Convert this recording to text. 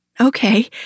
Okay